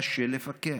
קשה לפקח.